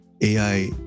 AI